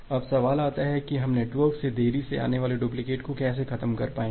अब सवाल आता है कि हम नेटवर्क से देरी से आने वाले डुप्लिकेट को कैसे खत्म कर पाएंगे